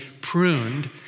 pruned